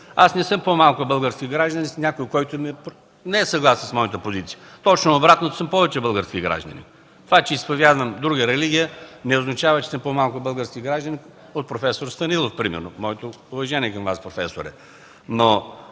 Аз не съм по-малко български гражданин от някой, който не е съгласен с моята позиция, точно обратното – аз съм повече български гражданин. Това че изповядвам друга религия, не означава, че съм по-малко български гражданин от проф. Станилов, примерно. Моето уважение към Вас,